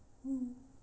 mm